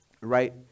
right